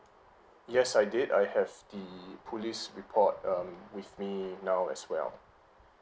yes I did I have the police report um with me now as well